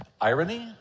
Irony